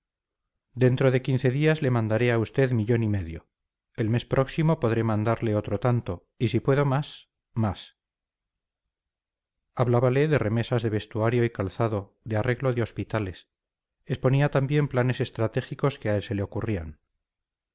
dentro de quince días le mandaré a usted millón y medio el mes próximo podré mandarle otro tanto y si puedo más más hablábale de remesas de vestuario y calzado de arreglo de hospitales exponía también planes estratégicos que a él se le ocurrían